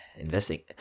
investing